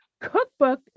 cookbook